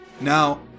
Now